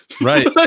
Right